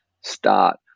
start